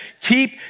keep